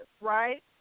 right